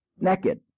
naked